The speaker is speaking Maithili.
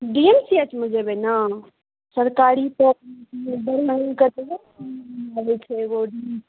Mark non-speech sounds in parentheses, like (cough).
दिनके एक बजे एबै ने सरकारी तऽ (unintelligible) बनै छै एगो